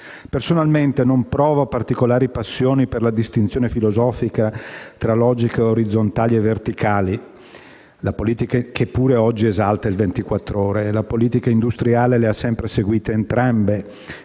Personalmente non provo particolari passioni per la distinzione filosofica tra logiche orizzontali e verticali, che pure oggi viene esaltata da «Il Sole 24 Ore». Infatti, la politica industriale le ha sempre seguite entrambe